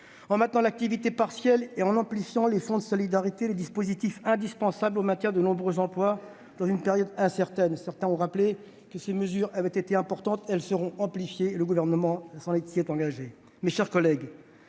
en maintenant l'activité partielle et en amplifiant le fonds de solidarité, dispositifs indispensables au maintien de nombreux emplois dans une période incertaine. Certains d'entre nous ont rappelé que ces mesures avaient été importantes. Elles seront amplifiées, le Gouvernement s'y est engagé. Mes chers collègues,